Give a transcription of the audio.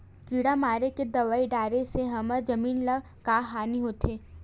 किड़ा मारे के दवाई डाले से हमर जमीन ल का हानि होथे?